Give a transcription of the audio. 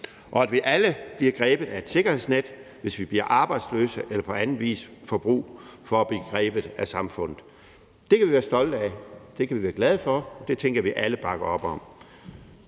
og at vi alle bliver grebet af et sikkerhedsnet, hvis vi bliver arbejdsløse eller på anden vis får brug for at blive grebet af samfundet. Det kan vi være stolte af, det kan vi være glade for, og det tænker jeg at vi alle bakker op om.